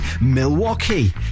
Milwaukee